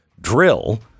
drill